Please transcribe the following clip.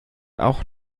auch